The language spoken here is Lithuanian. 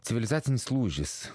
civilizacinis lūžis